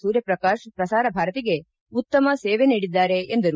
ಸೂರ್ಯಪ್ರಕಾಶ್ ಪ್ರಸಾರ ಭಾರತಿಗೆ ಉತ್ತಮ ಸೇವೆ ನೀಡಿದ್ದಾರೆ ಎಂದರು